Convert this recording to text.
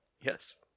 Yes